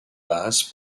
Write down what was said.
base